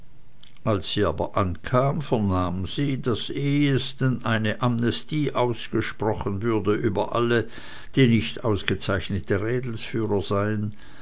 als sie aber ankam vernahm sie daß ehestens eine amnestie ausgesprochen würde über alle die nicht ausgezeichnete rädelsführer seien